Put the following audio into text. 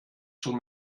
schon